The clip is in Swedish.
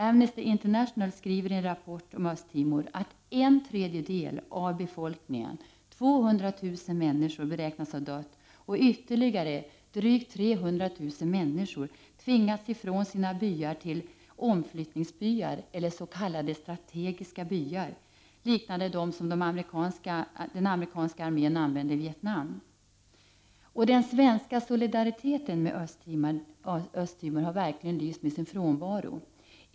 Amnesty International skriver i en rapport om Östra Timor att en tredjedel av befolkningen, 200000 människor, beräknas ha dött och att ytterligare drygt 300000 människor tvingats ifrån sina byar till omflyttningsbyar eller s.k. strategiska byar, liknande dem som den amerikanska armén använde i Vietnam. Den svenska solidariteten med Östra Timor har verkligen lyst med sin frånvaro.